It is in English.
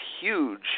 huge